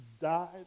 died